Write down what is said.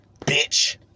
Bitch